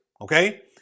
okay